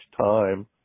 time